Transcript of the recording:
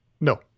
No